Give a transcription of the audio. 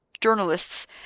journalists